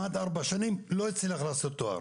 הוא למד ארבע שנים ולא הצליח לסיים תואר.